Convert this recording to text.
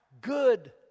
good